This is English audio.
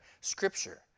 scripture